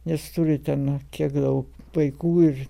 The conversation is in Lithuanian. nes turi ten kiek dau vaikų ir